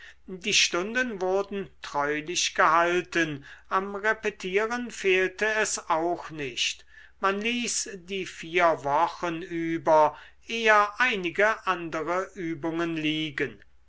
die stunden wurden treulich gehalten am repetieren fehlte es auch nicht man ließ die vier wochen über eher einige andere übungen liegen